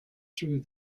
through